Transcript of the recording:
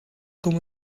komen